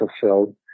fulfilled